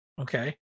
Okay